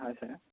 হয় ছাৰ